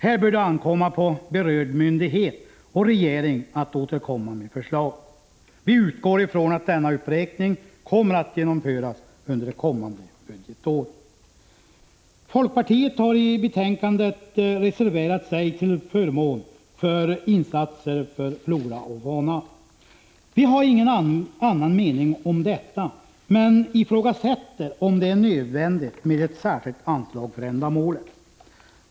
Här bör det ankomma på berörd myndighet och regeringen att återkomma med förslag. Vi utgår ifrån att denna uppräkning kommer att genomföras under kommande budgetår. Folkpartiet har i betänkandet reserverat sig till förmån för insatser för flora och fauna. Vi har ingen annan mening om detta, men vi ifrågasätter om det är nödvändigt med ett särskilt anslag för ändamålet.